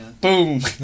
Boom